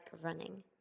running